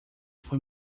foi